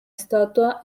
estatua